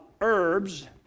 herbs